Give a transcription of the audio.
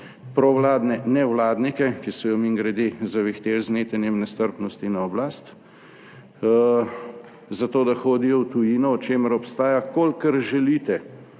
provladne nevladnike, ki so jo mimogrede zavihteli z netenjem nestrpnosti na oblast, za to, da hodijo v tujino, o čemer obstaja kolikor želite